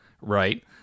Right